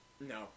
no